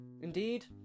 Indeed